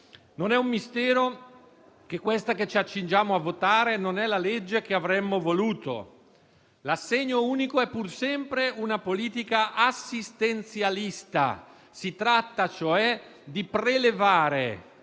Non è un mistero che questa che ci accingiamo a votare non è la legge che avremmo voluto. L'assegno unico è pur sempre una politica assistenzialista; si tratta cioè di prelevare